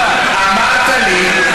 אמרת לי,